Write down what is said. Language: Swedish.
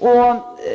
Jag måste